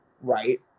right